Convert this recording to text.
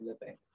living